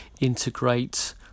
integrate